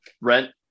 Rent